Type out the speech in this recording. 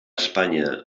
espanya